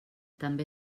també